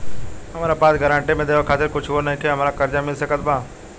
हमरा पास गारंटी मे देवे खातिर कुछूओ नईखे और हमरा कर्जा मिल सकत बा?